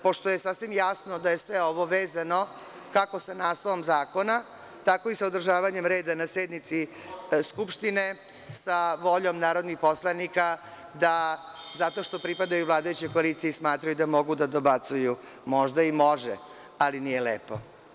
Pošto je sasvim jasno da je sve ovo vezano kako sa naslovom zakona, tako i sa održavanjem reda na sednici Skupštine, sa voljom narodnih poslanika da zato što pripadaju vladajućoj koaliciji smatraju da mogu da dobacuju, možda i može, ali nije lepo.